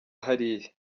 hariya